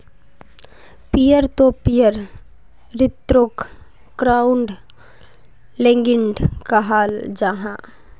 peer to peer ऋन्नोक crowd lending कहाल जाहा